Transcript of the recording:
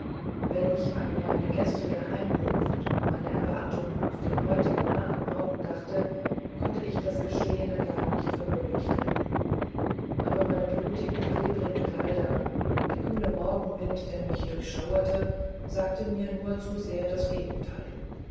wenn ich an meine gestrige heimkunft an meine erwartungen auf den heutigen nahen morgen dachte konnte ich das geschehene gar nicht für möglich halten aber meine blutigen klebrigen kleider der kühle morgenwind der mich durchschauerte sagten mir nur zu sehr das gegenteil